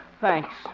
Thanks